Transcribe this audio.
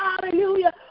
hallelujah